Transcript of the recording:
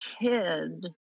kid